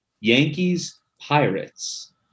Yankees-Pirates